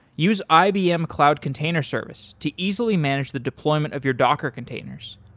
use ibm cloud container service to easily manage the deployment of your docker containers.